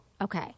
Okay